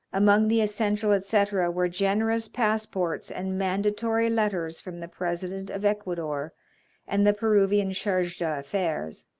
among the essential et caetera were generous passports and mandatory letters from the president of ecuador and the peruvian charge d'affaires,